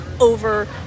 over